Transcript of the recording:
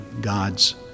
God's